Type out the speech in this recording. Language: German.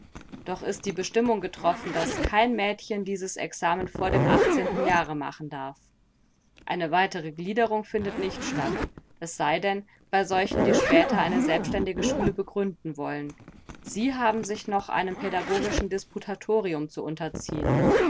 doch ist die bestimmung getroffen daß kein mädchen dieses examen vor dem jahre machen darf eine weitere gliederung findet nicht statt es sei denn bei solchen die später eine selbstständige schule begründen wollen sie haben sich noch einem pädagogischen disputatorium zu unterziehen